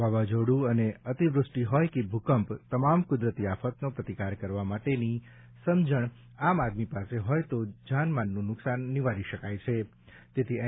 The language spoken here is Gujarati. વાવાઝોડું અને અતિવૃષ્ટિ હોય કે ભૂકંપ તમામ કુદરતી આફતનો પ્રતિકાર કરવા માટેની સમજણ આમ આદમી પાસે હોય તો જાનમાલનું નુકસાન નીવારી શકાય છે તેથી એન